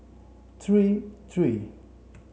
three three